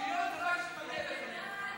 שוויון רק כשזה מגיע אליכם.